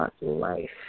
life